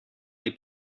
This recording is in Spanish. hay